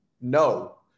no